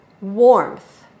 warmth